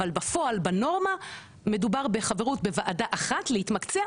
אבל בפועל בנורמה מדובר בחברות בוועדה אחת להתמקצע,